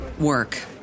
work